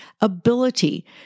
ability